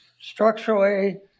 structurally